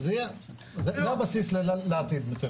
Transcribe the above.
זה כבר בסיס לעתיד.